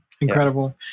incredible